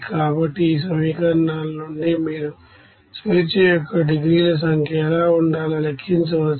కాబట్టి ఈ సమీకరణాల నుండి మీరు డిగ్రీస్ అఫ్ ఫ్రీడమ్ సంఖ్య ఎలా ఉండాలో లెక్కించవచ్చు